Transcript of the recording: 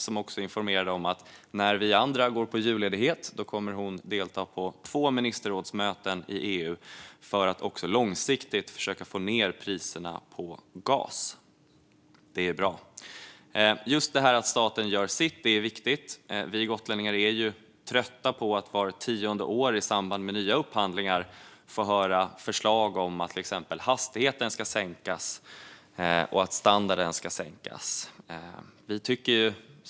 Hon informerade om att när vi andra går på julledighet kommer hon att delta på två ministerrådsmöten i EU för att också långsiktigt försöka att få ned priserna på gas. Det är bra. Att staten gör sitt är viktigt. Vi gotlänningar är trötta på att vart tionde år i samband med nya upphandlingar få höra förslag som innebär att hastigheten och standarden ska sänkas.